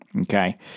okay